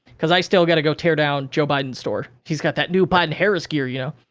cause i still gotta go tear down joe biden's store. he's got that new biden-harris gear, you know?